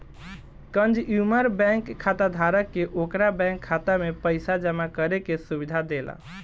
consumer bank खाताधारक के ओकरा बैंक खाता में पइसा जामा करे के सुविधा देला